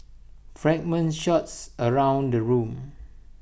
fragments shots around the room